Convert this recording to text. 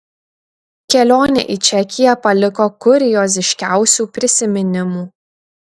kelionė į čekiją paliko kurioziškiausių prisiminimų